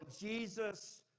Jesus